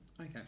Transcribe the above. Okay